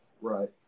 right